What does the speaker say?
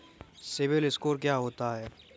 CIBIL score क्या होता है?